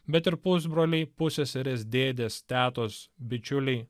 bet ir pusbroliai pusseserės dėdės tetos bičiuliai